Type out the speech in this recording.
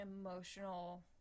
emotional